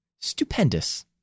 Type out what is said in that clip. stupendous